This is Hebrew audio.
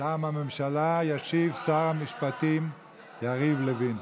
מטעם הממשלה ישיב שר המשפטים יריב לוין.